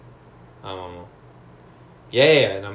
okay okay is the divya that acted with us right